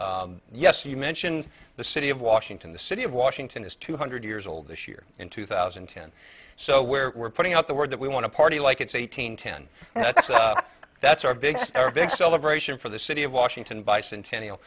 special yes you mentioned the city of washington the city of washington is two hundred years old this year in two thousand and ten so where we're putting out the word that we want to party like it's eight hundred ten that's our big big celebration for the city of washington bicentennial